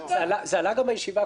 זה עלה גם בישיבה הקודמת,